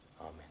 Amen